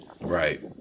Right